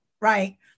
right